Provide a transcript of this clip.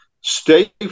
Stay